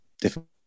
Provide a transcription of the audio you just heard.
different